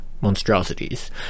monstrosities